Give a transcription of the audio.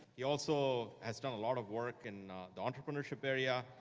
he also has done a lot of work in the entrepreneurship area,